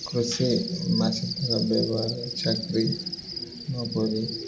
କୃଷି ବ୍ୟବହାର ଚାକିରି ନକରି